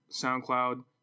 SoundCloud